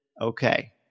okay